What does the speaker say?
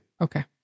Okay